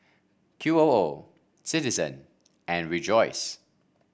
Q O O Citizen and Rejoice